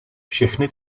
všechny